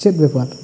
ᱪᱮᱫ ᱵᱮᱯᱟᱨ